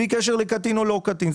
בלי קשר לקטין או לא קטין.